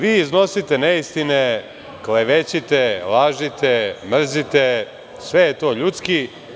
Vi iznosite neistine, klevećite, lažite, mrzite, sve je to ljudski.